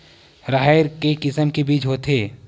राहेर के किसम के बीज होथे?